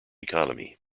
economy